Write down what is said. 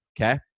okay